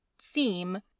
seem